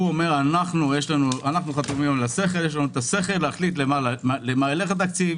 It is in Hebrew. אומר: יש לנו השכל להחליט למה ילך לתקציב